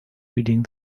reading